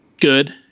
good